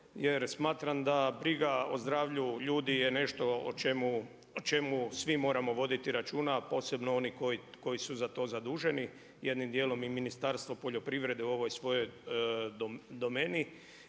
jer smatram da briga o zdravlju ljudi je nešto o čemu svi moramo voditi računa, a posebno oni koji su za to zaduženi, jednim dijelom i Ministarstvo poljoprivrede u ovoj svojoj domeni.